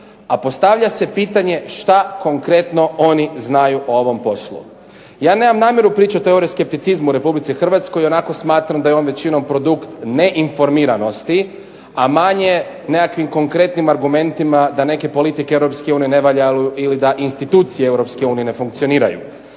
A postavlja se pitanje šta konkretno oni znaju o ovom poslu. Ja nemam namjeru pričati …/Ne razumije se./… skepticizmu u Republici Hrvatskoj, ionako smatram da je on većinom produkt neinformiranosti, a manje nekakvim konkretnim argumentima da neke politike Europske unije ne valjda ili da institucije Europske unije ne funkcioniraju.